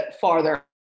farther